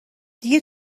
دیگه